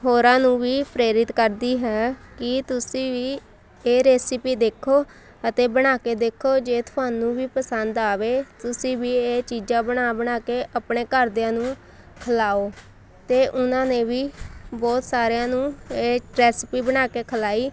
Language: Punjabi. ਹੋਰਾਂ ਨੂੰ ਵੀ ਪ੍ਰੇਰਿਤ ਕਰਦੀ ਹੈ ਕਿ ਤੁਸੀਂ ਵੀ ਇਹ ਰੇਸੀਪੀ ਦੇਖੋ ਅਤੇ ਬਣਾ ਕੇ ਦੇਖੋ ਜੇ ਤੁਹਾਨੂੰ ਵੀ ਪਸੰਦ ਆਵੇ ਤੁਸੀਂ ਵੀ ਇਹ ਚੀਜ਼ਾਂ ਬਣਾ ਬਣਾ ਕੇ ਆਪਣੇ ਘਰਦਿਆਂ ਨੂੰ ਖਿਲਾਓ ਅਤੇ ਉਹਨਾਂ ਨੇ ਵੀ ਬਹੁਤ ਸਾਰਿਆਂ ਨੂੰ ਇਹ ਰੈਸਪੀ ਬਣਾ ਕੇ ਖਿਲਾਈ